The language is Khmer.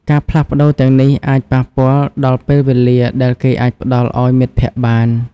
ការផ្លាស់ប្តូរទាំងនេះអាចប៉ះពាល់ដល់ពេលវេលាដែលគេអាចផ្ដល់ឲ្យមិត្តភក្តិបាន។